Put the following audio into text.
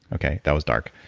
okay. that was dark.